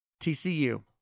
TCU